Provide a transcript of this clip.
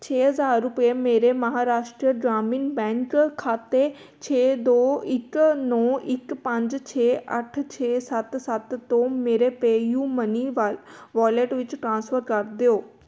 ਛੇ ਹਜ਼ਾਰ ਰੁਪਏ ਮੇਰੇ ਮਹਾਰਾਸ਼ਟਰ ਗ੍ਰਾਮੀਣ ਬੈਂਕ ਖਾਤੇ ਛੇ ਦੋ ਇੱਕ ਨੌ ਇੱਕ ਪੰਜ ਛੇ ਅੱਠ ਛੇ ਸੱਤ ਸੱਤ ਤੋਂ ਮੇਰੇ ਪੈਯੁਮਨੀ ਵਾ ਵਾਲਿਟ ਵਿੱਚ ਟ੍ਰਾਂਸਫਰ ਕਰ ਦਿਓ